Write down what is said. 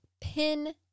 pin